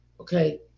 okay